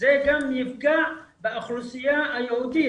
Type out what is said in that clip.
זה גם יפגע באוכלוסייה היהודית.